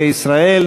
ובירושלים,